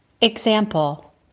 Example